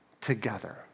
together